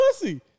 pussy